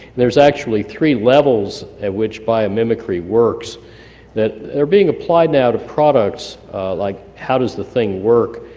there's actually three levels at which biomimicry works that are being applied now to products like how does the thing work?